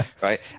Right